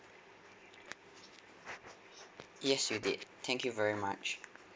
yes you did thank you very much